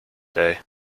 day